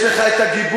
יש לך הגיבוי,